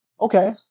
Okay